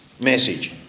message